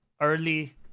early